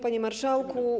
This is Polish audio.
Panie Marszałku!